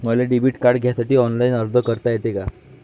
मले debit card घ्यासाठी online अर्ज करता येते का?